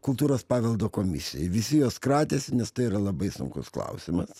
kultūros paveldo komisijai visi jos kratėsi nes tai yra labai sunkus klausimas